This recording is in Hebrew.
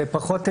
זה פחות משנה.